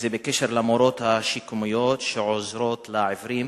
בקשר למורות השיקומיות שעוזרות לעיוורים,